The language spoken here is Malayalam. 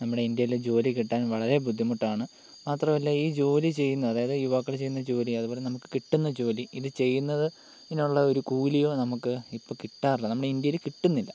നമ്മുടെ ഇന്ത്യയിലെ ജോലികിട്ടാൻ വളരെ ബുദ്ധിമുട്ടാണ് മാത്രമല്ല ഈ ജോലി ചെയ്യുന്നത് അതായത് യുവാക്കൾ ചെയ്യുന്ന ജോലി അതുപോലെ നമുക്ക് കിട്ടുന്ന ജോലി ഇത് ചെയ്യുന്നത് ഇങ്ങനെയുള്ള ഒരു കൂലിയോ നമുക്ക് ഇപ്പോൾ കിട്ടാറില്ല നമ്മുടെ ഇന്ത്യയിൽ കിട്ടുന്നില്ല